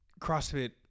crossfit